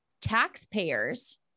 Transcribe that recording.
taxpayers